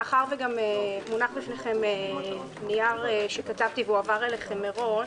מאחר שגם מונח בפניכם נייר שכתבתי והוא הועבר אליכם מראש,